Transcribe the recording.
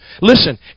Listen